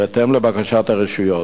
בהתאם לבקשת הרשויות.